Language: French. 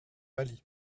pâli